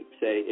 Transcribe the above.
say